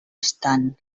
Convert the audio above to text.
estan